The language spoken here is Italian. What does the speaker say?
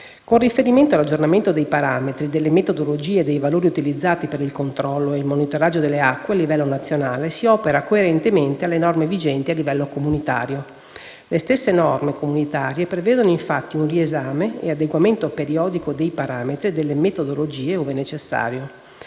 Con riferimento all'aggiornamento dei parametri, delle metodologie e dei valori utilizzati per il controllo e il monitoraggio delle acque, a livello nazionale si opera coerentemente alle norme vigenti a livello comunitario. Le stesse norme comunitarie prevedono infatti un riesame e un adeguamento periodico dei parametri e delle metodologie, ove necessario.